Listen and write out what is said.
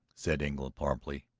said engle promptly.